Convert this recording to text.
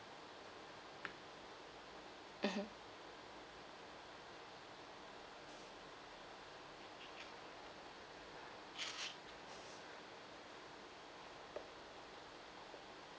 mmhmm